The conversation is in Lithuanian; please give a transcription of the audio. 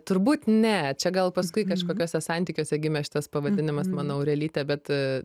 turbūt ne čia gal paskui kažkokiuose santykiuose gimė šitas pavadinimas mano aurelytė bet